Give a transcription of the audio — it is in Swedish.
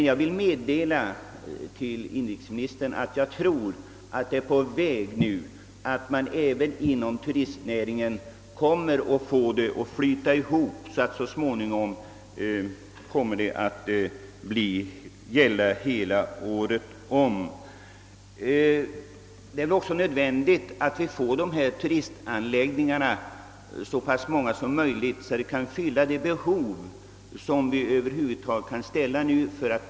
Jag vill dock meddela inrikesministern att jag tror att även dessa anläggningar så småningom kommer att vara i gång under hela året. Det är också nödvändigt att vi får så många dylika anläggningar, att de kan fylla det behov vi kan komma att få.